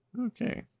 Okay